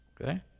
Okay